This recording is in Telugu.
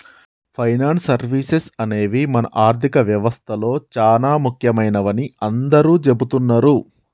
ఫైనాన్స్ సర్వీసెస్ అనేవి మన ఆర్థిక వ్యవస్తలో చానా ముఖ్యమైనవని అందరూ చెబుతున్నరు